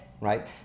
right